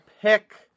pick